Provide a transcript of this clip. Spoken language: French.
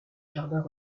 jardins